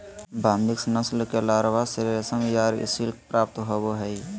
Bombyx नस्ल के larva से रेशम या सिल्क प्राप्त होबा हइ